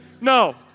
No